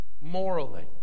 Morally